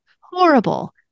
horrible